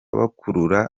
bakurura